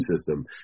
system